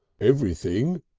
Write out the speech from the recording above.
everything,